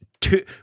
Two